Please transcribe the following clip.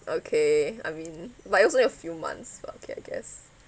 okay I mean like also your few months okay I guess